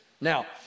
Now